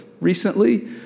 recently